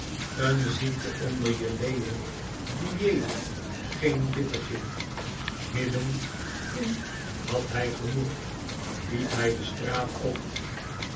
n ziekte onder je lejen diëet geen bittertje midden in had hij genoeg liep hij de straat op